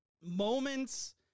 moments